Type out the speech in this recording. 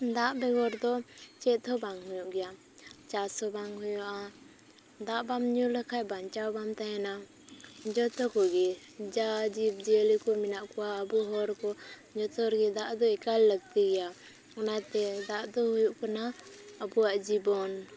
ᱫᱟᱜ ᱵᱮᱜᱚᱨ ᱫᱚ ᱪᱮᱫ ᱦᱚᱸ ᱵᱟᱝ ᱦᱩᱭᱩᱜ ᱜᱮᱭᱟ ᱪᱟᱥ ᱦᱚᱸ ᱵᱟᱝ ᱦᱩᱭᱩᱜᱼᱟ ᱫᱟᱜ ᱵᱟᱢ ᱧᱩ ᱞᱮᱠᱷᱟᱱ ᱵᱟᱧᱪᱟᱣ ᱵᱟᱢ ᱛᱟᱦᱮᱸᱱᱟ ᱡᱚᱛᱚ ᱠᱩᱜᱤ ᱡᱟ ᱡᱤᱵᱽ ᱡᱤᱭᱟᱹᱞᱤ ᱠᱚ ᱢᱮᱱᱟᱜ ᱠᱚᱣᱟ ᱟᱵᱚ ᱦᱚᱲ ᱠᱚ ᱡᱚᱛᱚ ᱨᱮᱜᱮ ᱫᱟᱜ ᱫᱚ ᱮᱠᱟᱞ ᱞᱟᱹᱠᱛᱤ ᱜᱮᱭᱟ ᱚᱱᱟᱛᱮ ᱫᱟᱜ ᱫᱚ ᱦᱩᱭᱩᱜ ᱠᱟᱱᱟ ᱟᱵᱚᱭᱟᱜ ᱡᱤᱵᱚᱱ